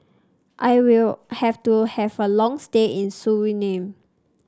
I will have to have a long stay in Suriname